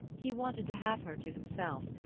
he wanted to have her to himself,